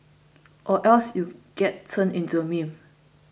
or else you get turned into a meme